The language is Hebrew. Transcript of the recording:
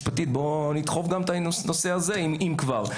בוא נדחוף את הנושא הזה אם כבר,